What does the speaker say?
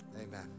amen